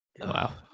Wow